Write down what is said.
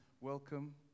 welcome